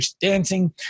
dancing